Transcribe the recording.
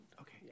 Okay